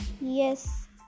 Yes